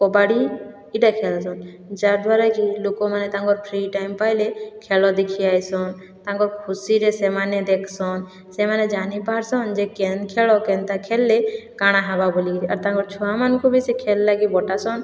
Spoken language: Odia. କବାଡ଼ି ଇଟା ଖେଳସନ୍ ଯାଦ୍ୱାରାକି ଲୋକମାନେ ତାଙ୍କର ଫ୍ରୀ ଟାଇମ୍ ପାଏଲେ ଖେଳ ଦେଖି ଆଏସନ୍ ତାଙ୍କ ଖୁସିରେ ସେମାନେ ଦେଖ୍ସନ୍ ସେମାନେ ଜାଣି ପାର୍ସନ୍ ଯେ କେନ୍ ଖେଳ କେନ୍ତା ଖେଳଲେ କାଣା ହେବା ବୋଲିକିରି ଆଉ ତାଙ୍କର୍ ଛୁଆମାନଙ୍କୁ ବି ସେ ଖେଲ୍ ଲାଗି ବଟାସନ୍